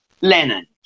Lennon